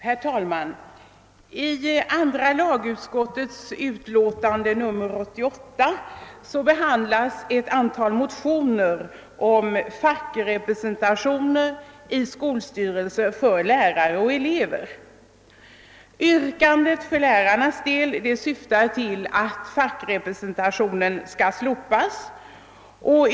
Herr talman! I andra lagutskottets utlåtande nr 88 behandlas ett antal motioner om fackrepresentation i skolstyrelse för lärare och elever. Vad lärarna beträffar syftar yrkandena till att fackrepresentationen skall slopas.